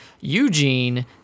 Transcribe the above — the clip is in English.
Eugene